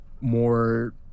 more